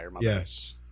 Yes